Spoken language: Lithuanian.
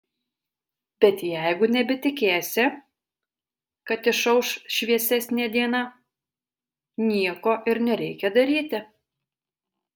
bet jeigu nebetikėsi kad išauš šviesesnė diena nieko ir nereikia daryti